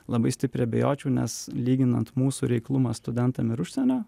labai stipriai abejočiau nes lyginant mūsų reiklumą studentam ir užsienio